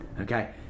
Okay